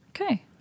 Okay